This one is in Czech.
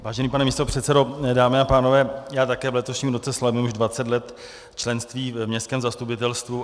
Vážený pane místopředsedo, dámy a pánové, já také v letošním roce slavím už dvacet let členství v městském zastupitelstvu.